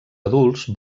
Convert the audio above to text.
adults